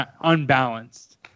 unbalanced